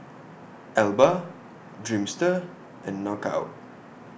Alba Dreamster and Knockout